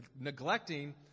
neglecting